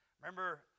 Remember